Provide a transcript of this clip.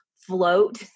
float